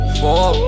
four